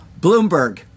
Bloomberg